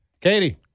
Katie